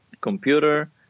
computer